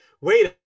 wait